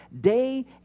day